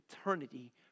eternity